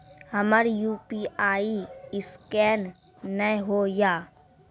हमर UPI scan नेय हो या?